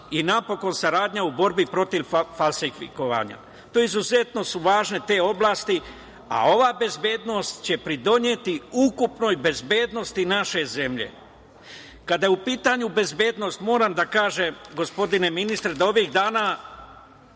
i napokon saradnja u borbi protiv falsifikovanja. To su izuzetno važne te oblasti, a ova bezbednost će pridoneti ukupnoj bezbednosti naše zemlje. Kada je u pitanju bezbednost, moram da kažem, gospodine ministre, da ovih dana